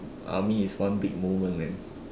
army is one big moment man